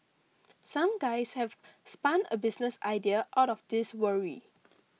some guys have spun a business idea out of this worry